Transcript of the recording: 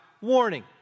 warning